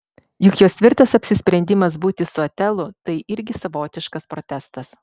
juk jos tvirtas apsisprendimas būti su otelu tai irgi savotiškas protestas